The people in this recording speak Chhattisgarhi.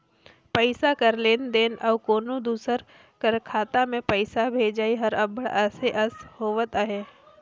पइसा कर लेन देन अउ कोनो दूसर कर खाता में पइसा भेजई हर अब्बड़ असे अस होवत अहे